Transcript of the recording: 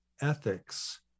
ethics